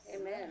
Amen